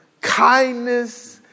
kindness